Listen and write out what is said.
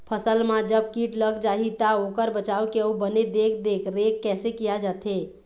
फसल मा जब कीट लग जाही ता ओकर बचाव के अउ बने देख देख रेख कैसे किया जाथे?